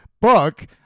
book